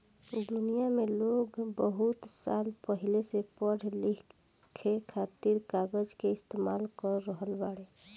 दुनिया में लोग बहुत साल पहिले से पढ़े लिखे खातिर कागज के इस्तेमाल कर रहल बाड़े